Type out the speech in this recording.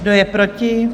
Kdo je proti?